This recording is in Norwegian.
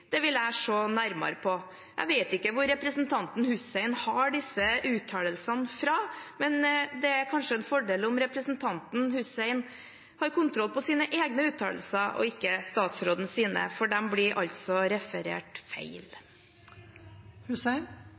Det vil jeg se nærmere på. Jeg vet ikke hvor representanten Hussein har disse uttalelsene fra, men det er kanskje en fordel om hun har kontroll på sine egne uttalelser og ikke statsrådens, for de blir altså referert feil.